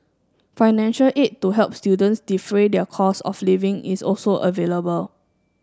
financial aid to help students defray their costs of living is also available